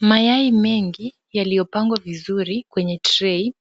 Mayai mengi yaliyopangwa vizuri kwenye trei